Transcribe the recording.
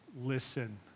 Listen